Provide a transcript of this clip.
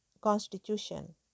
constitution